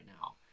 now